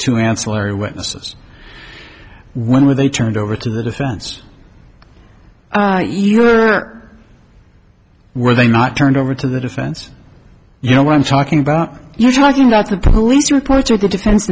two ancillary witnesses when were they turned over to the defense you are were they not turned over to the defense you know what i'm talking about you're talking about the police reports or the defense